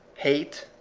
hate,